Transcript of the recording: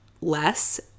less